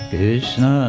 Krishna